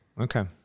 Okay